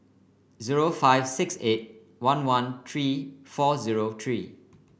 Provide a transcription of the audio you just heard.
zero five six eight one one three four zero three